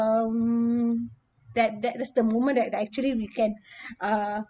um that that that's the moment where actually we can uh